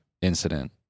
incident